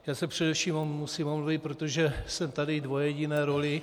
Já se především musím omluvit, protože jsem tady v dvojjediné roli.